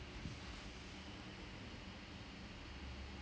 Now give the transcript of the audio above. making them understand what I actually do and I bowl